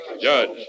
judge